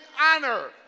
honor